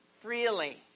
freely